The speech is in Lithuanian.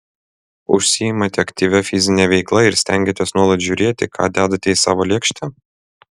užsiimate aktyvia fizine veikla ir stengiatės nuolat žiūrėti ką dedate į savo lėkštę